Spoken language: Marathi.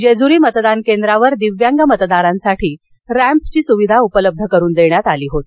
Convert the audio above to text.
जेजुरी मतदान केंद्रावर दिव्यांग मतदारांसाठी रँपची सुविधा उपलब्ध करून देण्यात आली होती